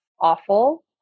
awful